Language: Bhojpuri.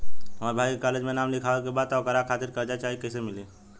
हमरा भाई के कॉलेज मे नाम लिखावे के बा त ओकरा खातिर कर्जा चाही कैसे मिली?